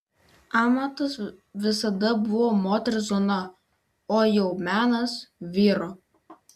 amatas visada buvo moters zona o jau menas vyro